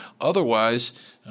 Otherwise